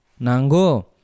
Nango